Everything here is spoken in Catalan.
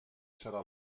serà